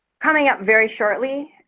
coming up very shortly,